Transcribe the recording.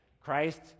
Christ